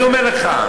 אני אומר לך.